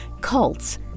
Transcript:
Cults